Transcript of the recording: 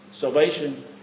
Salvation